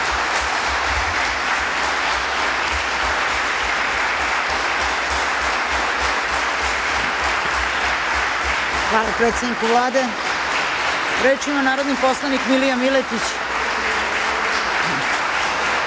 Hvala predsedniku Vlade. Reč ima narodni poslanik Milija Miletić.